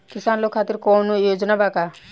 किसान लोग खातिर कौनों योजना बा का?